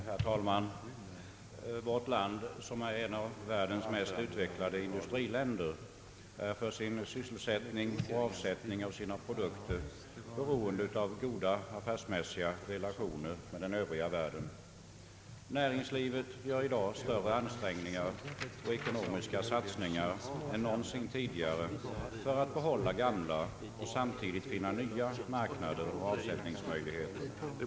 Herr talman! Vårt land, som är ett av världens mest utvecklade industriländer, är för sin sysselsättning och avsättningen av sina produkter beroende av goda affärsmässiga relationer med den övriga världen. Näringslivet gör i dag större ansträngningar och ekonomiska satsningar än någonsin tidigare för att få behålla gamla och samtidigt finna nya marknader och avsättningsmöjligheter.